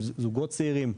של זוגות צעירים,